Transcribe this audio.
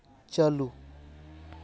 ᱪᱟᱹᱞᱩ